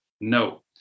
No